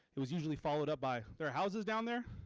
it was usually followed up by there are houses down there?